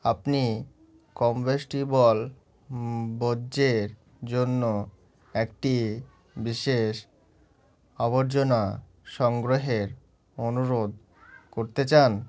আপনি কম্পোস্টেবল বর্জ্যের জন্য একটি বিশেষ আবর্জনা সংগ্রহের অনুরোধ করতে চান